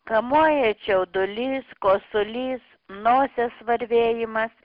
kamuoja čiaudulys kosulys nosies varvėjimas